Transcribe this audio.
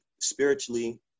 spiritually